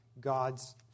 God's